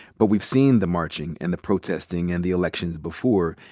but we've seen the marching, and the protesting, and the elections before.